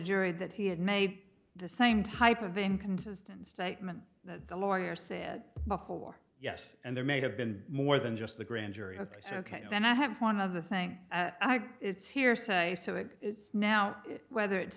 jury that he had made the same type of inconsistent statement that the lawyer said before yes and there may have been more than just the grand jury ok so ok then i have one of the think it's hearsay so it's now whether it's